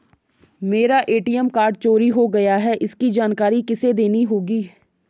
मेरा ATM card चोरी हो गया है इसकी जानकारी किसे देनी होगी?